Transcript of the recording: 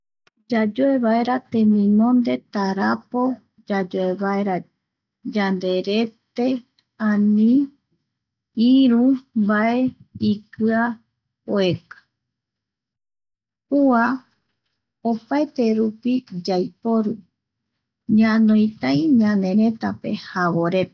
Yayoe vaera teminonde tarapo, yayoevaera, yanderete ani iru, vae ikia oiki kua oipotarupi yaiporu ñanoitai ñanerëtape javoreta.